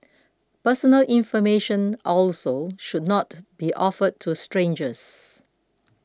personal information also should not be offered to strangers